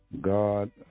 God